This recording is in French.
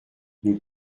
nous